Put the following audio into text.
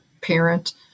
parent